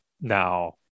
now